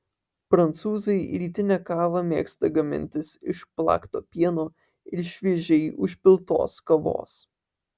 prancūzai rytinę kavą mėgsta gamintis iš plakto pieno ir šviežiai užpiltos kavos